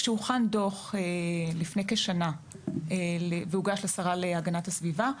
כשהוכן דוח לפני כשנה והוגש לשרה להגנת הסביבה,